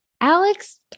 Alex